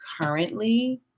currently